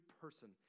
person